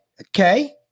Okay